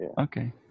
Okay